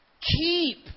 Keep